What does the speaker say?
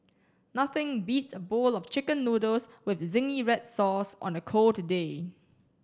nothing beats a bowl of chicken noodles with zingy red sauce on a cold day